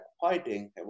fighting